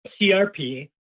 crp